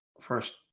first